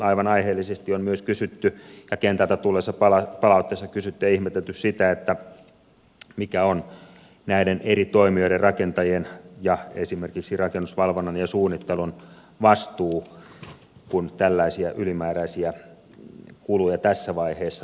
aivan aiheellisesti on myös kentältä tulleessa palautteessa kysytty ja ihmetelty sitä mikä on näiden eri toimijoiden rakentajien ja esimerkiksi rakennusvalvonnan ja suunnittelun vastuu kun tällaisia ylimääräisiä kuluja tässä vaiheessa tulee